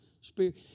spirit